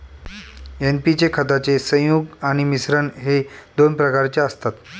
NP चे खताचे संयुग आणि मिश्रण हे दोन प्रकारचे असतात